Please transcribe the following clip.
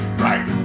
right